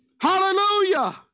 Hallelujah